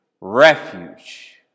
refuge